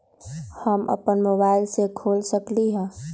हम अपना मोबाइल से खोल सकली ह?